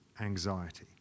Anxiety